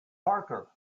parker